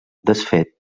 desfet